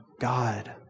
God